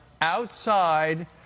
outside